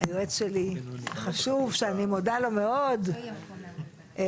היועץ שלי, חשוב שאני מודה לו מאוד, שמואל,